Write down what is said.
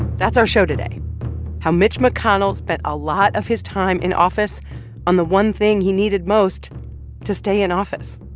that's our show today how mitch mcconnell spent a lot of his time in office on the one thing he needed most to stay in office